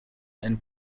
and